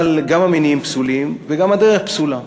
אבל גם המניעים פסולים וגם הדרך פסולה.